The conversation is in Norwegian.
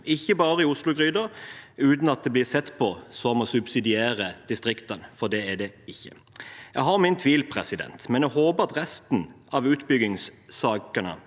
ikke bare i Oslo-gryta – uten at det blir sett på som å subsidiere distriktene, for det er det ikke. Jeg har mine tvil, men jeg håper at resten av utbyggingssakene